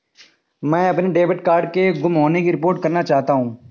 मैं अपने debit card के गुम होने की रिपोर्ट करना चाहता हूँ